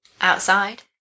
outside